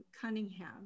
Cunningham